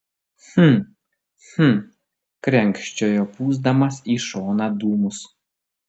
hm hm krenkščiojo pūsdamas į šoną dūmus